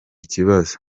kibazo